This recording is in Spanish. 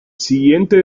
siguiente